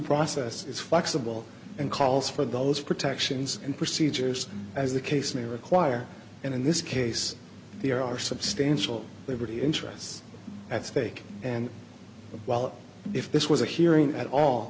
process is flexible and calls for those protections and procedures as the case may require and in this case there are substantial liberty interests at stake and if this was a hearing at all